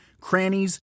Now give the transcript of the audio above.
crannies